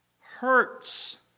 hurts